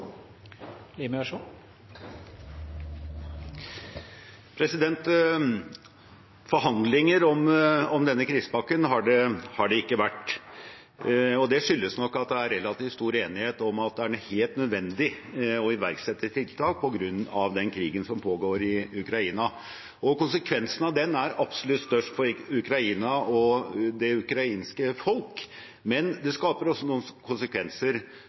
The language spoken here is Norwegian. Forhandlinger om denne krisepakken har det ikke vært. Det skyldes nok at det er relativt stor enighet om at det er helt nødvendig å iverksette tiltak på grunn av krigen som pågår i Ukraina. Konsekvensene av den er absolutt størst for Ukraina og det ukrainske folk, men den skaper også noen konsekvenser